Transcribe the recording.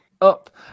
up